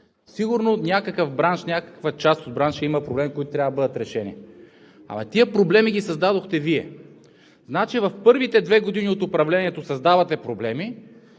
сигурно някакъв бранш, някаква част от бранша има проблеми, които трябва да бъдат решени, а тези проблеми ги създадохте Вие. Значи в първите две години от управлението създавате проблеми